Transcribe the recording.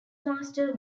master